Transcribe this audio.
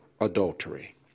adultery